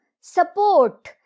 support